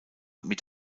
mit